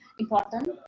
important